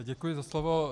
Děkuji za slovo.